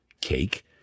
cake